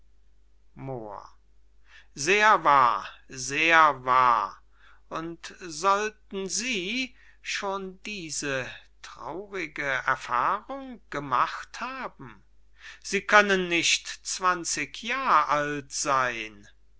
sehr wahr sehr wahr und sollten sie schon diese traurige erfahrung gemacht haben sie können nicht drey und zwanzig jahr alt seyn